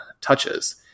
touches